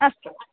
अस्तु